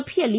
ಸಭೆಯಲ್ಲಿ